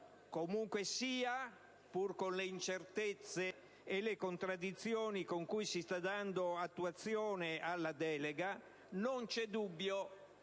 Comunque sia, pur con le incertezze e le contraddizioni con cui si sta dando attuazione alla delega, non c'è dubbio